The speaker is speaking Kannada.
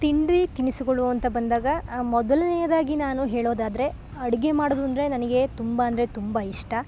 ತಿಂಡಿ ತಿನಿಸುಗಳು ಅಂತ ಬಂದಾಗ ಮೊದಲನೆಯದಾಗಿ ನಾನು ಹೇಳೋದಾದರೆ ಅಡುಗೆ ಮಾಡೋದು ಅಂದರೆ ನನಗೆ ತುಂಬ ಅಂದರೆ ತುಂಬ ಇಷ್ಟ